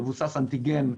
מבוסס אנטיגן,